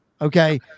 Okay